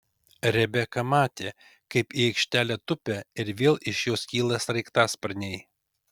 rebeka matė kaip į aikštelę tupia ir vėl iš jos kyla sraigtasparniai